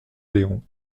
léon